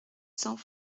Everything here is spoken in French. cents